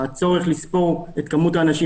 הצורך לספור את כמות האנשים,